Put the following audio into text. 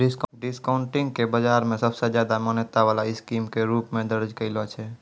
discounting के बाजार मे सबसे ज्यादा मान्यता वाला स्कीम के रूप मे दर्ज कैलो छै